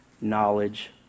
knowledge